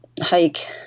hike